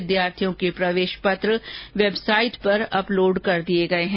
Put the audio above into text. विद्यार्थियों के प्रवेश पत्र वेबसाइट पर अपलोड किए जा चुके हैं